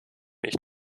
ich